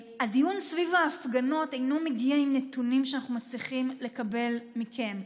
הדיון סביב ההפגנות אינו מגיע עם נתונים שאנחנו מצליחים לקבל מכם,